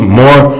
more